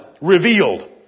revealed